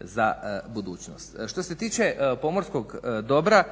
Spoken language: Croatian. za budućnost. Što se tiče pomorskog dobra,